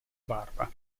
barba